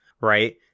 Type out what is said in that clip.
right